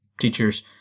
teachers